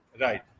Right